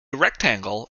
rectangle